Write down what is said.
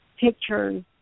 pictures